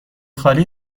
خالی